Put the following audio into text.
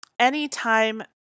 Anytime